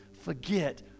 forget